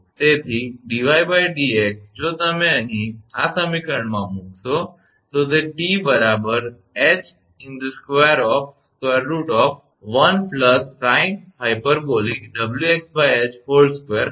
તેથી 𝑑𝑦𝑑𝑥 જો તમે અહીં આ સમીકરણમાં મુકશો તો તે 𝑇 𝐻√1 sinh𝑊𝑥𝐻2 હશે